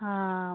ହଁ